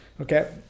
okay